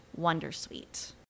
wondersuite